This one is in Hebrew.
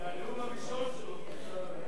זה הנאום הראשון שלו.